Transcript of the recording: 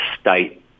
state